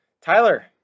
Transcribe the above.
Tyler